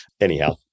Anyhow